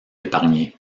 épargnés